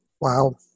Wow